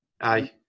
aye